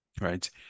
right